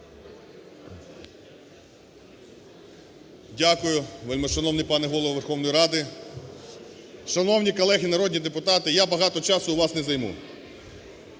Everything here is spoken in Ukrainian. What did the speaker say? Дякую. Вельмишановний пане Голово Верховної Ради, шановні колеги народні депутати, я багато часу у вас не займу,